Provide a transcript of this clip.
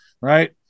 Right